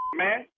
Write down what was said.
man